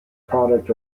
product